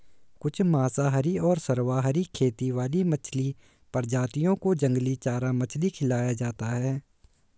कुछ मांसाहारी और सर्वाहारी खेती वाली मछली प्रजातियों को जंगली चारा मछली खिलाया जाता है